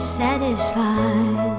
satisfied